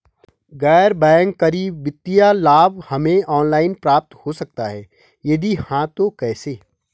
गैर बैंक करी वित्तीय लाभ हमें ऑनलाइन प्राप्त हो सकता है यदि हाँ तो कैसे?